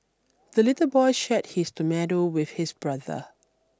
the little boy shared his tomato with his brother